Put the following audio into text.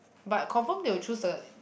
but confirm they will choose the